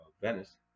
Venice